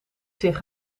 zich